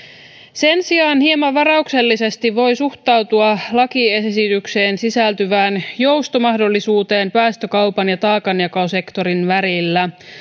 sen sijaan hieman varauksellisesti voi suhtautua lakiesitykseen sisältyvään joustomahdollisuuteen päästökaupan ja taakanjakosektorin välillä